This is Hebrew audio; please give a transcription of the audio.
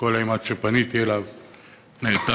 וכל אימת שפניתי אליו הוא נעתר.